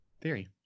theory